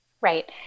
Right